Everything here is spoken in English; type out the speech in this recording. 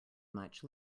much